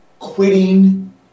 Quitting